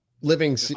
living